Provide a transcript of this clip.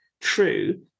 true